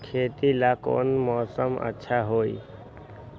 खेती ला कौन मौसम अच्छा होई?